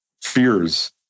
fears